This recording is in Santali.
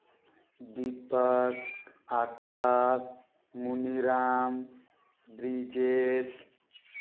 ᱫᱤᱯᱚᱠ ᱟᱠᱟᱥ ᱢᱚᱱᱤᱨᱟᱢ ᱵᱨᱤᱡᱮᱥ